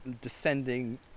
descending